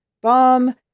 bomb